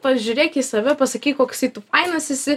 pažiūrėk į save pasakyk koksai tu fainas esi